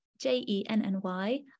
J-E-N-N-Y